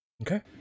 Okay